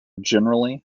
generally